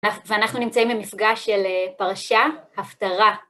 ואנחנו נמצאים במפגש של פרשה, הפטרה.